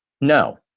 no